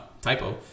typo